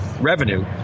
revenue